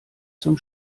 zum